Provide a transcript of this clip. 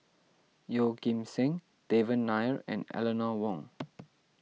Yeoh Ghim Seng Devan Nair and Eleanor Wong